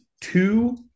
Two